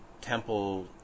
temple